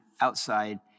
outside